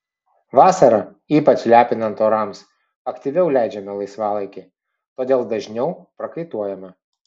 vasarą ypač lepinant orams aktyviau leidžiame laisvalaikį todėl dažniau prakaituojame